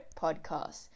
podcast